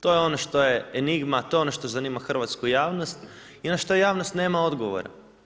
To je ono što je enigma, to je ono što zanima hrvatsku javnost i ono na što javnost nema odgovora.